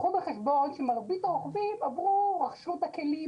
קחו בחשבון שמרבית הרוכבים רכשו את הכלים,